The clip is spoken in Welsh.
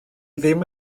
ddim